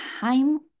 time